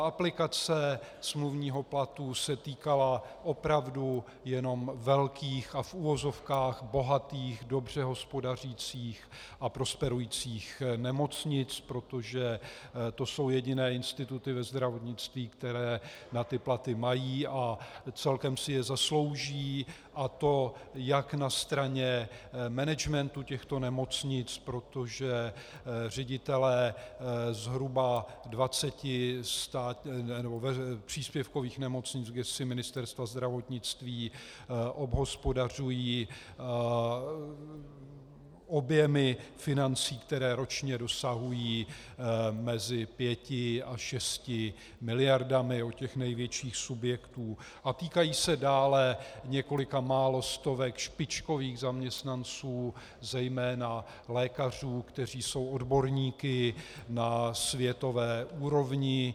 Aplikace smluvního platu se týkala opravdu jenom velkých a v uvozovkách bohatých, dobře hospodařících a prosperujících nemocnic, protože to jsou jediné instituty ve zdravotnictví, které na ty platy mají a celkem si je zaslouží, a to jak na straně managementu těchto nemocnic, protože ředitelé zhruba dvaceti příspěvkových nemocnic v gesci Ministerstva zdravotnictví obhospodařují objemy financí, které ročně dosahují mezi pěti až šesti miliardami u těch největších subjektů, a týkají se dále několika málo stovek špičkových zaměstnanců, zejména lékařů, kteří jsou odborníky na světové úrovni.